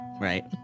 right